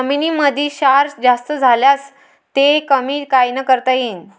जमीनीमंदी क्षार जास्त झाल्यास ते कमी कायनं करता येईन?